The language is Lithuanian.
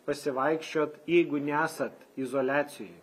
pasivaikščiot jeigu nesat izoliacijoj